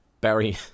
Barry